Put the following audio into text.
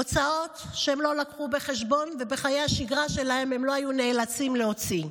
הוצאות שהן לא הביאו בחשבון ושבחיי השגרה שלהן הן לא היו נאלצות להוציא.